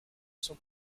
sont